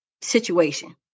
situation